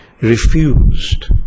refused